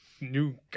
New